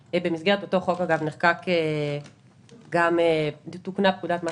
במסגרת אותו חוק תוקנה גם פקודת מס